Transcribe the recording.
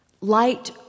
Light